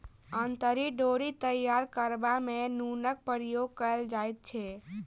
अंतरी डोरी तैयार करबा मे नूनक प्रयोग कयल जाइत छै